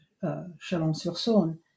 Chalon-sur-Saône